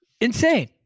insane